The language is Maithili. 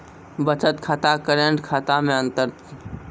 बचत खाता करेंट खाता मे अंतर?